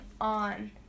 on